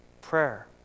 Prayer